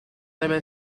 debe